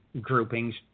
groupings